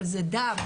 אבל זה דם.